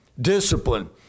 discipline